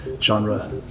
genre